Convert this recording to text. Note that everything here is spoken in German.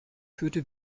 führte